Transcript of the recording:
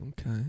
Okay